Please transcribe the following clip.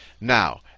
Now